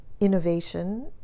innovation